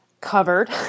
covered